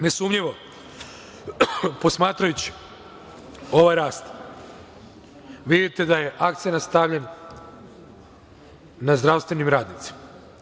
Nesumnjivo posmatrajući ovaj rast vidite da je akcenat stavljen na zdravstvenim radnicima.